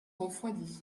refroidit